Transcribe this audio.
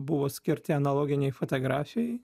buvo skirti analoginei fotografijojai